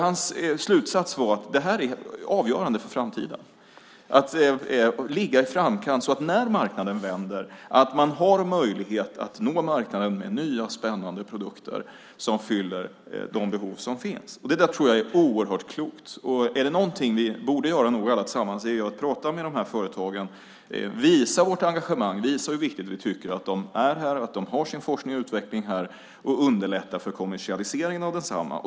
Hans slutsats var att det är avgörande för framtiden att ligga i framkant så att man när konjunkturen vänder har möjlighet att nå marknaden med nya spännande produkter som fyller de behov som finns. Det där tror jag är oerhört klokt. Är det någonting vi borde göra alla tillsammans är det att prata med de här företagen, visa vårt engagemang, visa hur viktigt vi tycker att det är att de har sin forskning och utveckling här och underlätta för kommersialiseringen av densamma.